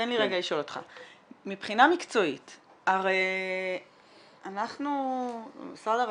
מבחינה מקצועית משרד הרווחה,